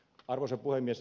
arvoisa puhemies